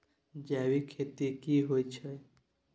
जैविक खेती की होए छै?